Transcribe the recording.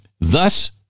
thus